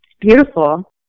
beautiful